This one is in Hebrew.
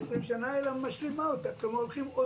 חוות